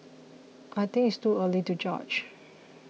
I think it's too early to judge